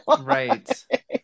right